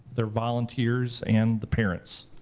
their volunteers, and the parents.